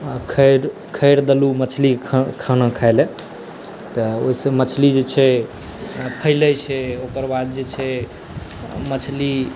खैर खैर देलहुॅं मछली के खाना खाय लेल तऽ ओहि सॅं मछली जे छै फैलै छै ओकर बाद जे छै मछली